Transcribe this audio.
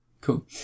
cool